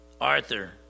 Arthur